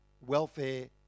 welfare